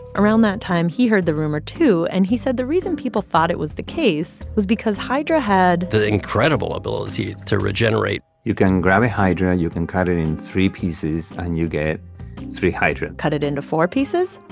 around that time, he heard the rumor, too. and he said the reason people thought it was the case was because hydra had. the incredible ability to regenerate you can grab a hydra. you can cut it in three pieces, and you get three hydra cut it into four pieces,